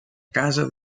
casa